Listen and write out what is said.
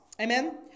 Amen